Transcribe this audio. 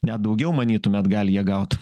net daugiau manytumėt gali jie gaut